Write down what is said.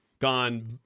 gone